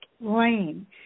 Lane